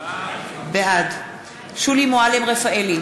בעד שולי מועלם-רפאלי,